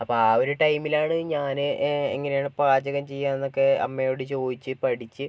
അപ്പോൾ ആ ഒരു ടൈമിലാണ് ഞാൻ എങ്ങനെയാണ് പാചകം ചെയ്യുക എന്നൊക്കെ അമ്മയോട് ചോദിച്ചു പഠിച്ച്